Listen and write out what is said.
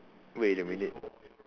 wait a minute